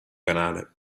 canale